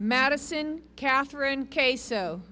madison catherine k so